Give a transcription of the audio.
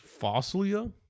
Fossilia